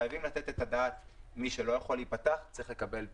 חייבים לתת את הדעת על כך שמי שלא יכול להיפתח צריך לקבל פיצוי.